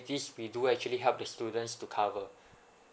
we do actually help the students to cover